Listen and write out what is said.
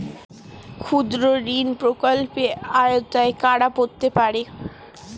ক্ষুদ্রঋণ প্রকল্পের আওতায় কারা পড়তে পারে?